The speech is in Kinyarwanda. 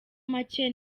make